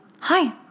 Hi